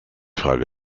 frage